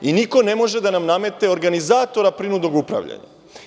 Niko ne može da nam nametne organizatora prinudnog upravljanja.